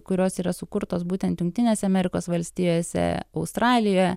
kurios yra sukurtos būtent jungtinėse amerikos valstijose australijoje